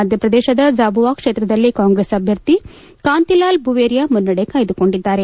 ಮಧ್ಯಪ್ರದೇಶದ ಜಾಬುವಾ ಕ್ಷೇತ್ರದಲ್ಲಿ ಕಾಂಗ್ರೆಸ್ ಅಭ್ಯರ್ಥಿ ಕಾಂತಿಲಾಲ್ ಬುವೇರಿಯಾ ಮುನ್ನಡೆ ಕಾಯ್ದುಕೊಂಡಿದ್ದಾರೆ